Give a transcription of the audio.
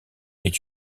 est